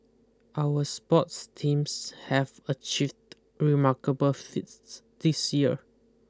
our sports teams have achieved remarkable feats this year